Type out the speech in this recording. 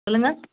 சொல்லுங்கள்